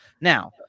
Now